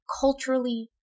culturally